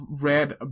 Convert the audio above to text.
read